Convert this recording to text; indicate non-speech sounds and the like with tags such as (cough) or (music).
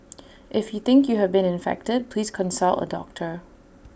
(noise) if you think you have been infected please consult A doctor